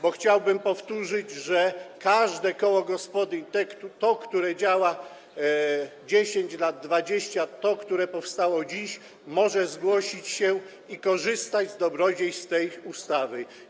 bo chciałbym powtórzyć, że każde koło gospodyń, to, które działa 10 lat, 20, to, które powstało dziś, może zgłosić się i korzystać z dobrodziejstw tej ustawy.